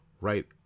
right